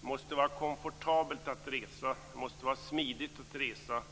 Det måste vara komfortabelt att resa. Det måste vara smidigt att resa.